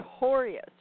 notorious